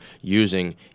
using